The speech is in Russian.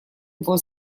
его